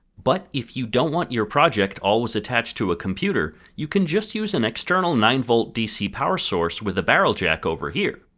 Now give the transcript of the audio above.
but! if you don't want your project always attached to a computer, you can just use an external nine volt dc power source with the barrel jack over here.